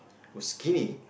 was skinny